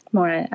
More